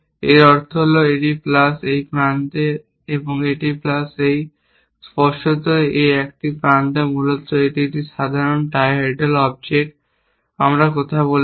এর অর্থ হল এটি প্লাস এই প্রান্তে এটি এই প্রান্তে প্লাস স্পষ্টতই এটি একই প্রান্ত মূলত এটি একটি সাধারণ ট্রাইহেড্রাল অবজেক্ট আমরা কথা বলছি